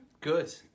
Good